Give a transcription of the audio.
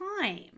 time